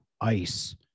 ice